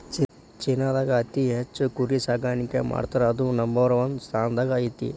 ಚೇನಾದಾಗ ಅತಿ ಹೆಚ್ಚ್ ಕುರಿ ಸಾಕಾಣಿಕೆ ಮಾಡ್ತಾರಾ ಅದು ನಂಬರ್ ಒನ್ ಸ್ಥಾನದಾಗ ಐತಿ